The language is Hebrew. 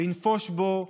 לנפוש בו,